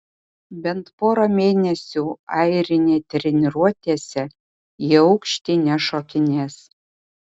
bent pora mėnesių airinė treniruotėse į aukštį nešokinės